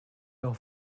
der